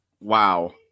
wow